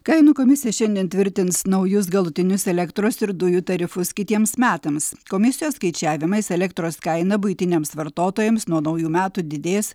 kainų komisija šiandien tvirtins naujus galutinius elektros ir dujų tarifus kitiems metams komisijos skaičiavimais elektros kaina buitiniams vartotojams nuo naujų metų didės